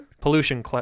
pollution